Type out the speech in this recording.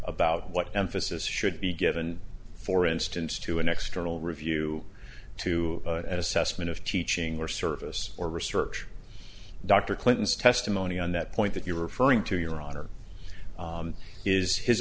about what emphasis should be given for instance to an external review to assessment of teaching or service or research dr clinton's testimony on that point that you're referring to your honor is his